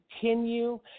continue